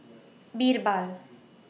Birbal